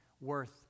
worth